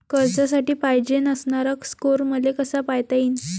कर्जासाठी पायजेन असणारा स्कोर मले कसा पायता येईन?